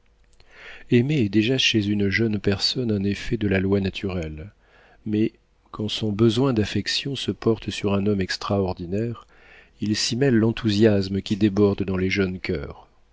aimer est déjà chez une jeune personne un effet de la loi naturelle mais quand son besoin d'affection se porte sur un homme extraordinaire il s'y mêle l'enthousiasme qui déborde dans les jeunes coeurs